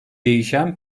değişen